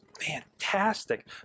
fantastic